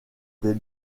des